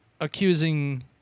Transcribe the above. accusing